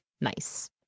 Nice